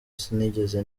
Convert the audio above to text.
sinigeze